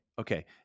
okay